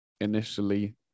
initially